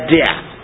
death